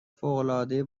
فوقالعاده